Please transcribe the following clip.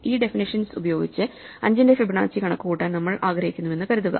ഈ ഡെഫിനിഷ്യൻസ് ഉപയോഗിച്ച് 5 ന്റെ ഫിബൊനാച്ചി കണക്കുകൂട്ടാൻ നമ്മൾ ആഗ്രഹിക്കുന്നുവെന്ന് കരുതുക